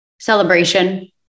celebration